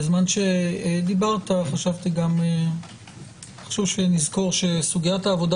בזמן שדיברת חשבתי גם שחשוב שנזכור שסוגיית העבודה